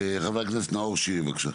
חבר הכנסת נאור שירי, בבקשה.